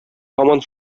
һаман